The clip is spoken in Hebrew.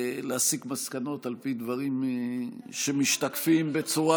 להסיק מסקנות על פי דברים שמשתקפים בצורה